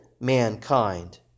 mankind